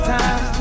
time